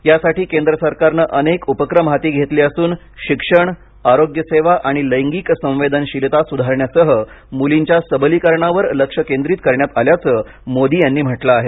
यासाठी केंद्र सरकारने अनेक उपक्रम हाती घेतले असून शिक्षण प्रवेश आरोग्य सेवा आणि लैंगिक संवेदनशीलता सुधारण्यासह मुलींच्या सबलीकरणावर लक्ष केंद्रित करण्यात आल्याचं मोदी यांनी म्हटलं आहे